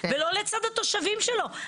ולא לצד התושבים שלו.